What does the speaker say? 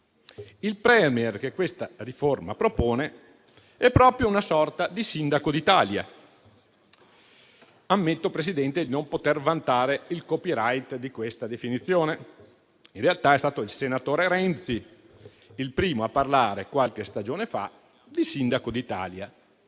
Il *Premier*, che questa riforma propone, è proprio una sorta di sindaco d'Italia. Ammetto, Presidente, di non poter vantare il *copyright* di questa definizione. In realtà è stato il senatore Renzi il primo a parlare, qualche stagione fa, di sindaco d'Italia,